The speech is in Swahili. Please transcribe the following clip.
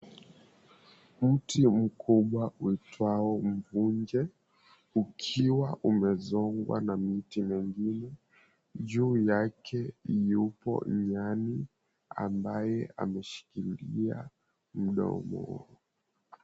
Mti mkubwa uitwao mvunje ukiwa umezongwa na miti mingine, juu yake yupo nyani ambaye ameshikilia mdomo.